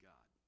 God